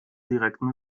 direkten